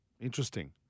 Interesting